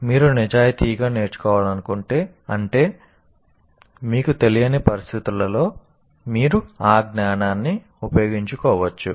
మీరు నిజాయితీగా నేర్చుకోవాలనుకుంటే అంటే మీకు తెలియని పరిస్థితులలో మీరు ఆ జ్ఞానాన్ని ఉపయోగించుకోవచ్చు